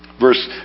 Verse